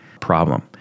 problem